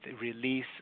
release